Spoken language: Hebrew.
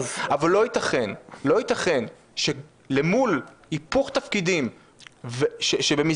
אבל לא יתכן שלמול היפוך תפקידים שבמסגרתו